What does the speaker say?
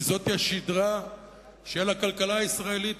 כי זוהי השדרה של הכלכלה הישראלית,